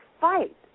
fight